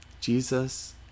jesus